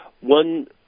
one